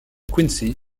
quincy